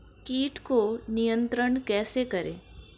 कीट को नियंत्रण कैसे करें?